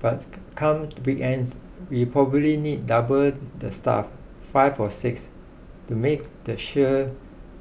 but come to weekends we probably need double the staff five or six to make the sure